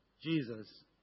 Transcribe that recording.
Jesus